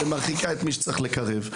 ומרחיקה את מי שצריך לקרב.